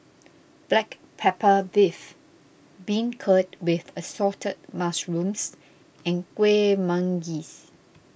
Black Pepper Beef Beancurd with Assorted Mushrooms and Kueh Manggis